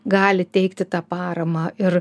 gali teikti tą paramą ir